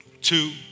two